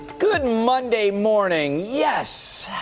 good monday morning, yes!